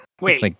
Wait